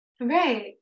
Right